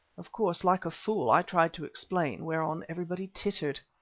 of course, like a fool, i tried to explain, whereon everybody tittered.